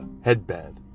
headband